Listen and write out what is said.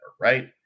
right